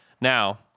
Now